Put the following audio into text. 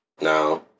No